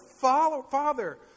Father